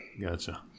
Gotcha